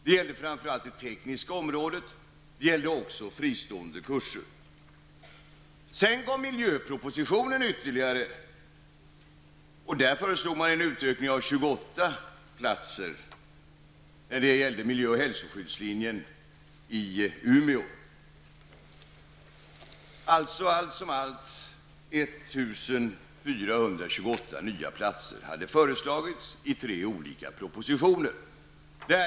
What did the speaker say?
Det gäller framför allt det tekniska området, men det gäller också fristående kurser. Sedan lades miljöpropositionen fram där det föreslogs en utökning av antalet platser med 28 när det gäller miljö och hälsoskyddslinjen i Umeå. Allt som allt har regeringen föreslagit 1 428 nya platser i tre olika propositioner.